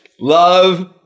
Love